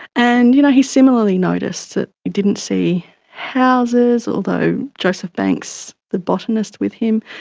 and you know he similarly noticed that he didn't see houses, although joseph banks, the botanist with him,